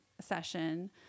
session